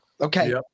Okay